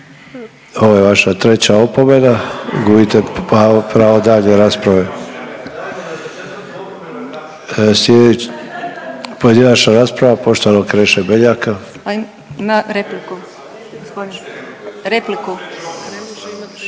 Ovo je vaša treća opomena. Gubite pravo dalje rasprave. Sljedeći, pojedinačna rasprava poštovanog Kreše Beljaka. **Orešković,